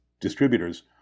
distributors